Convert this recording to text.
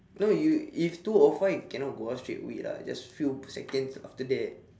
no you if two O five cannot go out straight away lah just few second after that